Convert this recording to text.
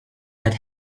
that